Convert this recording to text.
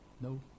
No